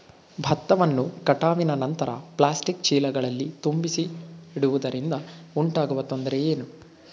ಭತ್ತವನ್ನು ಕಟಾವಿನ ನಂತರ ಪ್ಲಾಸ್ಟಿಕ್ ಚೀಲಗಳಲ್ಲಿ ತುಂಬಿಸಿಡುವುದರಿಂದ ಉಂಟಾಗುವ ತೊಂದರೆ ಏನು?